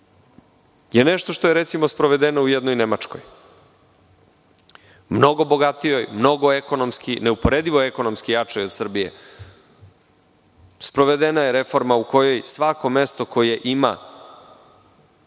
je nešto što je, recimo, sprovedeno u jednoj Nemačkoj. Mnogo bogatijoj, mnogo ekonomski jačoj od Srbije sprovedena je reforma u kojoj svako mesto koje ima